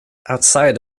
outside